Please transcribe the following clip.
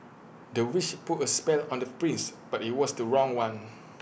the witch put A spell on the prince but IT was the wrong one